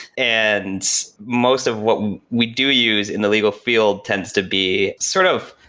and most of what we do use in the legal field tends to be sort of,